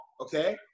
okay